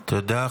תודה.